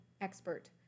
expert